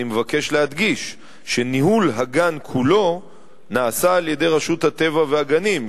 אני מבקש להדגיש שניהול הגן כולו נעשה על-ידי רשות הטבע והגנים,